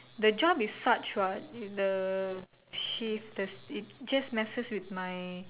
the job is such what the shift this it just messes with my